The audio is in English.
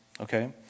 okay